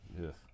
Yes